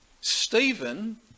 Stephen